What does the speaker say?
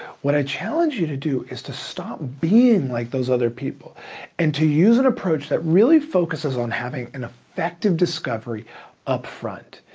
what i challenge you to do is to stop being like those other people and to use an approach that really focuses on having an effective discovery up front.